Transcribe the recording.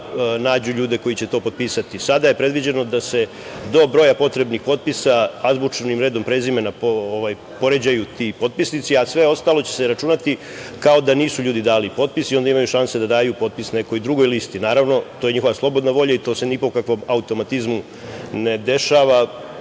nađu ljude koji će to potpisati i sada je predviđeno da se do broja potrebnih potpisa azbučnim redom prezimena poređaju ti potpisnici, a sve ostalo će se računati kao da nisu ljudi dali potpis i onda imaju šanse da daju potpis nekoj drugoj listi. Naravno, to je njihova slobodna volja i to se po nikakvom automatizmu ne dešava.